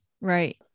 right